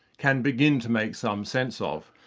can begin to make some sense of.